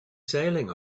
sailing